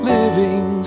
living